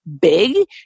big